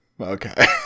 Okay